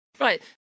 Right